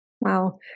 Wow